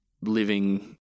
living